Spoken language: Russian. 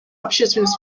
общественных